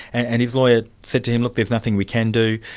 and his lawyer said to him, look, there's nothing we can do,